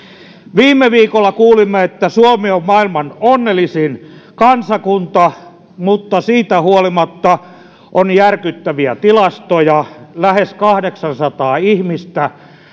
viime viikolla kuulimme että suomi on maailman onnellisin kansakunta mutta siitä huolimatta on järkyttäviä tilastoja lähes kahdeksansataa ihmistä